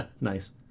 nice